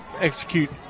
execute